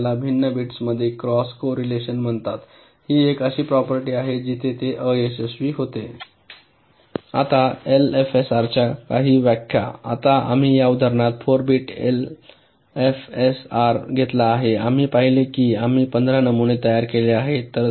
म्हणून याला भिन्न बिट्समधील क्रॉस कोरिलेशन म्हणतात ही एक अशी प्रॉपर्टी आहे जिथे ते अयशस्वी होते आता एलएफएसआर च्या काही व्याख्या आता आम्ही या उदाहरणात 4 बिट एलएफएसआर घेतला आहे आम्ही पाहिले आहे की आम्ही 15 नमुने तयार केले आहे